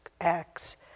acts